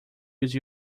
use